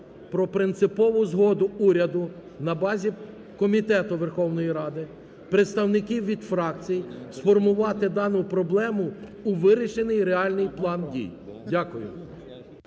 про принципову згоду уряду на базі комітету Верховної Ради представників від фракцій сформувати дану проблему у вирішений реальний план дій. Дякую.